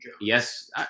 Yes